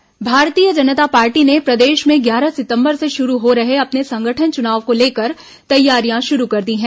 भाजपा संगठन चुनाव भारतीय जनता पार्टी ने प्रदेश में ग्यारह सितंबर से शुरू हो रहे अपने संगठन चुनाव को लेकर तैयारियां शुरू कर दी गई हैं